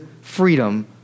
freedom